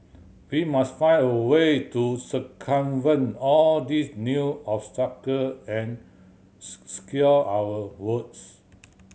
we must find a way to circumvent all these new obstacle and secure our votes